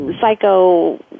psycho